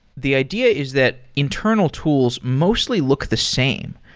the idea is that internal tools mostly look the same.